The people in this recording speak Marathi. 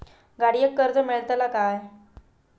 गाडयेक कर्ज मेलतला काय?